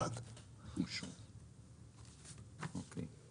הצבעה אושר אושר פה אחד.